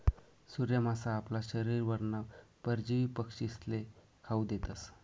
सूर्य मासा आपला शरीरवरना परजीवी पक्षीस्ले खावू देतस